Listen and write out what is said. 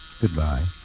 Goodbye